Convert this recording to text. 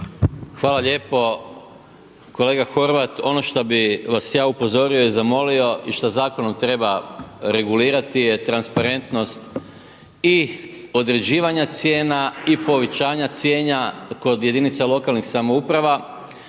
Hvala lijepo. Kolega Horvat, ono što bih vas ja upozorio i zamolio i šta zakonom treba regulirati je transparentnost i određivanja cijena i povećanja cijena kod jedinica lokalnih samouprave